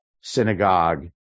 synagogue